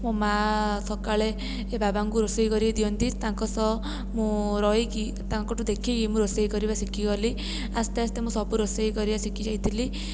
ମୋ ମା' ସକାଳେ ଏ ବାବାଙ୍କୁ ରୋଷେଇ କରିକି ଦିଅନ୍ତି ତାଙ୍କ ସହ ମୁଁ ରହିକି ତାଙ୍କଠାରୁ ଦେଖିକି ମୁଁ ରୋଷେଇ କରିବା ଶିଖିଗଲି ଆସ୍ତେ ଆସ୍ତେ ମୁଁ ସବୁ ରୋଷେଇ କରିବା ଶିଖି ଯାଇଥିଲି